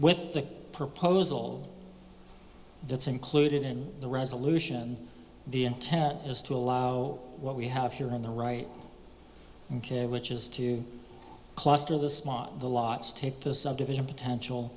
with the proposal that's included in the resolution the intent is to allow what we have here in the right kit which is to cluster the smaller the lots take the subdivision potential